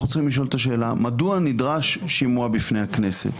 אנחנו צריכים לשאול את השאלה מדוע נדרש שימוע בפני הכנסת.